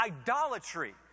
idolatry